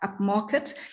upmarket